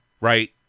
Right